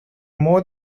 more